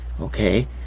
okay